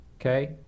Okay